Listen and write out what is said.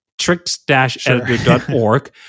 tricks-editor.org